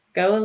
go